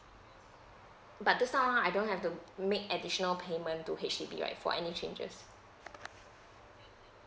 but that sound uh I don't have to make additional payment to H_D_B right for any changes